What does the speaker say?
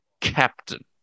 Captain